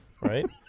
right